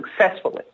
successfully